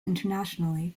internationally